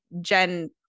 Jen